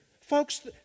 Folks